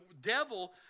devil